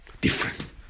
different